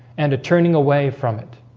and a turning away from it